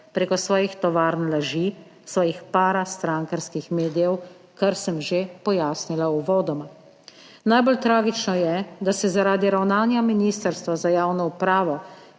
preko svojih tovarn laži svojih para strankarskih medijev, kar sem že pojasnila uvodoma. Najbolj tragično je, da se zaradi ravnanja ministrstva za javno upravo,